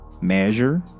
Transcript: measure